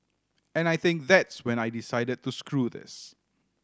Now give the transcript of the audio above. and I think that's when I decided to screw this